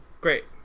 Great